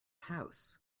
house